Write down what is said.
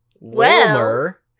Wilmer